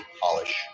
polish